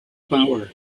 powers